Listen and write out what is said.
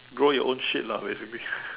grow your own shit lah basically